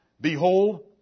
Behold